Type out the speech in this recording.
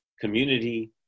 community